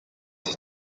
siis